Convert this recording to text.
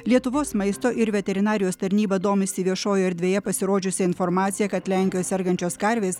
lietuvos maisto ir veterinarijos tarnyba domisi viešojoje erdvėje pasirodžiusia informacija kad lenkijoje sergančios karvės